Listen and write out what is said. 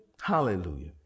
Hallelujah